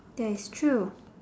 that is true